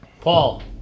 Paul